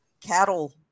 cattle